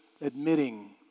admitting